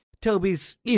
Toby's